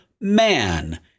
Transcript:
man